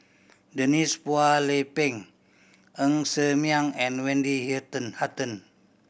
Denise Phua Lay Peng Ng Ser Miang and Wendy Hutton